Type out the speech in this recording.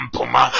Puma